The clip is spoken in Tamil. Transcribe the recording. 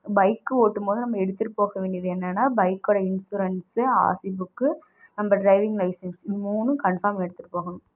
பைக்கு ஓட்டும்போது நம்ம எடுத்துட் போக வேண்டியது என்னெனா பைக்கோடய இன்சூரன்ஸு ஆர் சி புக்கு நம்ம டிரைவிங் லைசன்ஸ் இது மூணும் கன்ஃபார்ம் எடுத்துட்டு போகணும்